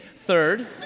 Third